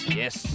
yes